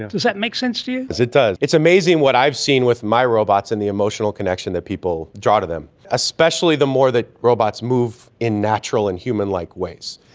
does that make sense to you? yes, it does. it's amazing what i've seen with my robots and the emotional connection that people draw to them, especially the more that robots move in natural and humanlike ways.